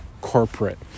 corporate